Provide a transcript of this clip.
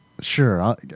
sure